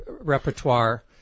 repertoire